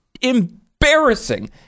embarrassing